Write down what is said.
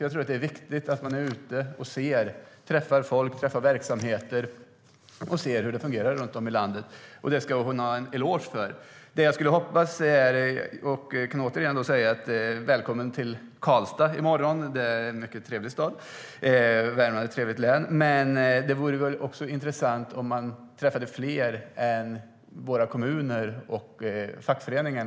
Det är viktigt att man är ute och träffar folk i verksamheter och ser hur det fungerar runt om i landet. Det ska hon ha en eloge för. Jag säger välkommen till Karlstad i morgon. Det är en mycket trevlig stad, och Värmland är ett trevligt län. Det vore också intressant om arbetsmarknadsministern träffade fler än representanter för kommuner och fackföreningar.